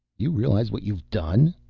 you realize what you've done?